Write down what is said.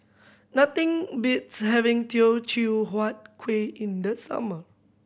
nothing beats having Teochew Huat Kueh in the summer